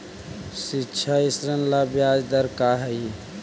शिक्षा ऋण ला ब्याज दर का हई?